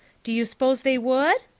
do you s'pose they would?